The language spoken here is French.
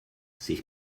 c’est